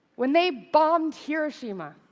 when they bombed hiroshima,